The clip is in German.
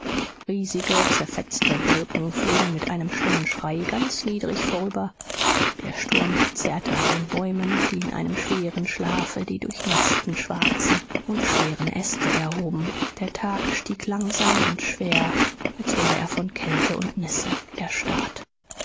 riesige zerfetzte wolken flogen mit einem stummen schrei ganz niedrig vorüber der sturm zerrte an den bäumen die in einem schweren schlafe die durchnäßten schwarzen und schweren äste erhoben der tag stieg langsam und schwer als wäre er von kälte und nässe erstarrt